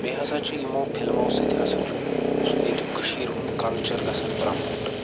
بیٚیہِ ہَسا چھِ یِمو فِلمو سۭتۍ ہَسا چھُ ییٚتیُک کٔشیٖرِ ہُنٛد کلچر گَژھان پرٮ۪موٹ